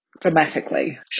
dramatically